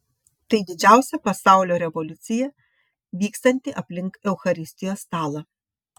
tai didžiausia pasaulio revoliucija vykstanti aplink eucharistijos stalą